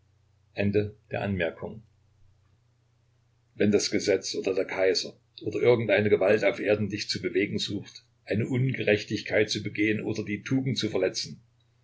wenn das gesetz oder der kaiser oder irgendeine gewalt auf erden dich zu bewegen sucht eine ungerechtigkeit zu begehen oder die tugend zu verletzen